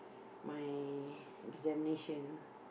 my examination